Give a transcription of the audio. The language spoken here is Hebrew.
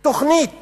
תוכנית